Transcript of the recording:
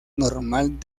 normal